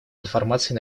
информацией